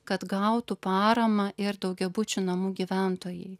kad gautų paramą ir daugiabučių namų gyventojai